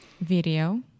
Video